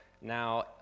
Now